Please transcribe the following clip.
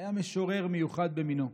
היה משורר מיוחד במינו.